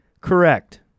Correct